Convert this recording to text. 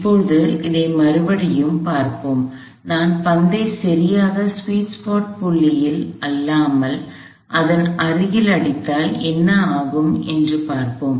இப்போது இதை மறுபடியும் பார்ப்போம் நான் பந்தை சரியாக ஸ்வீட் ஸ்பாட் புள்ளியில் அல்லாமல் அதன் அருகே அடித்தால் என்ன ஆகும் என்று பார்ப்போம்